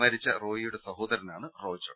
മരിച്ച റോയിയുടെ സഹോദരനാണ് റോജോ